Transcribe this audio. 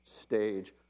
stage